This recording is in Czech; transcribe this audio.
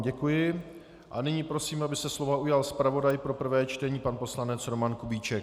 Děkuji vám a nyní prosím, aby se slova ujal zpravodaj pro prvé čtení pan poslanec Roman Kubíček.